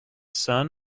son